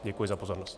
Děkuji za pozornost.